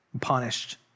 punished